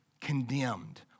condemned